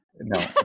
No